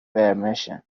permission